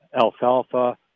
alfalfa